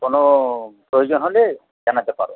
কোনও প্রয়োজন হলে জানাতে পারো